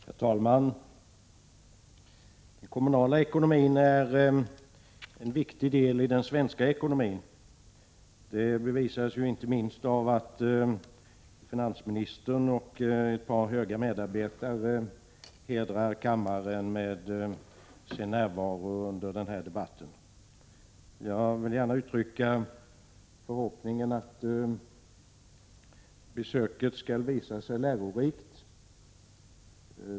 Herr talman! Den kommunala ekonomin är en viktig del av den svenska ekonomin. Det bevisas inte minst av att finansministern och ett par betydelsefulla medarbetare hedrar kammaren med sin närvaro under denna debatt. Jag vill uttrycka förhoppningen att besöket skall visa sig lärorikt.